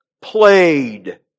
played